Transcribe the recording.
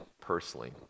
personally